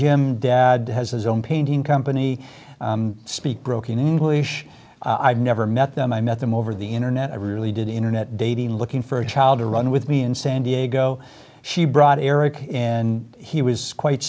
gym dad has his own painting company speak broken english i've never met them i met them over the internet i really did internet dating looking for a child to run with me in san diego she brought eric and he was quite